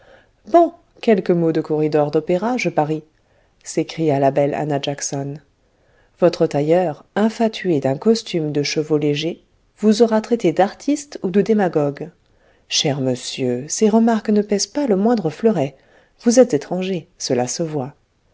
bon quelque mot de corridors d'opéra je parie s'écria la belle annah jackson votre tailleur infatué d'un costume de chevau léger vous aura traité d'artiste ou de démagogue cher monsieur ces remarques ne pèsent pas le moindre fleuret vous êtes étranger cela se voit